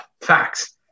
facts